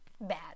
bad